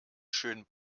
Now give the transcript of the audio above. schön